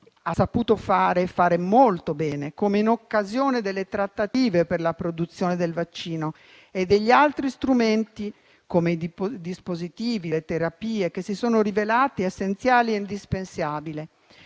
ha saputo fare molto bene, come in occasione delle trattative per la produzione del vaccino e degli altri strumenti come i dispositivi e le terapie che si sono rivelati essenziali e indispensabili.